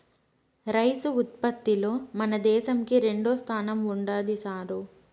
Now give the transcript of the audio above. rice ఉత్పత్తిలో మన దేశంకి రెండోస్థానం ఉండాది సారూ